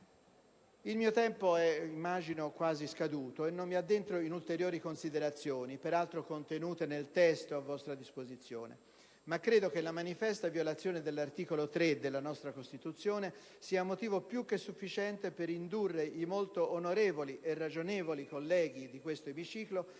il mio tempo stia per scadere e non mi addentro in ulteriori considerazioni, peraltro contenute nel testo della questione pregiudiziale a vostra disposizione. Ma credo che la manifesta violazione dell'articolo 3 della Costituzione sia motivo più che sufficiente per indurre i molto onorevoli e ragionevoli colleghi di questo emiciclo